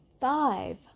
five